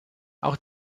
auch